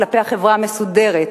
כלפי החברה המסודרת,